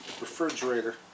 refrigerator